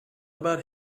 about